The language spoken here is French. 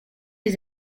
des